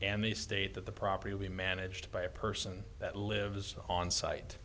and the state that the properly managed by a person that lives on site